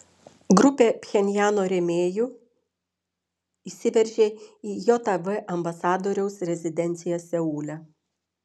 grupė pchenjano rėmėjų įsiveržė į jav ambasadoriaus rezidenciją seule